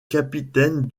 capitaine